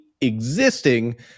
existing